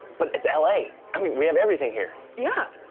but it's l a. i mean, we have everything here. yeah.